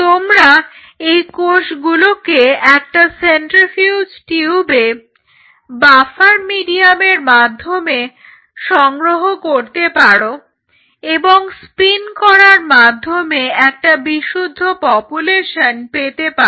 তোমরা এই কোষগুলোকে একটা সেন্ট্রিফিউজ টিউবে বাফার মিডিয়ামের মধ্যে সংগ্রহ করতে পারো এবং স্পিন করার মাধ্যমে একটা বিশুদ্ধ পপুলেশন পেতে পারো